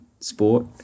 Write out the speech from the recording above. sport